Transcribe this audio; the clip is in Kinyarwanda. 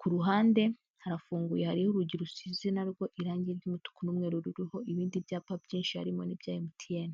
kuruhande harafunguye hariho urugi rusize narwo irangi ry'umutuku n'umweru ruriho ibindi byapa byinshi harimo n'ibya mtn.